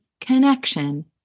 connection